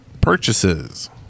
purchases